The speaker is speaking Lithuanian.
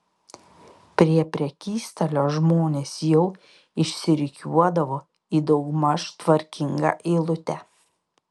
prie prekystalio žmonės jau išsirikiuodavo į daugmaž tvarkingą eilutę